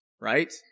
right